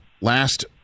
last